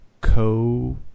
co